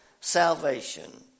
salvation